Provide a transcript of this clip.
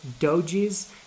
dojis